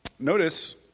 Notice